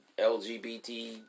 LGBT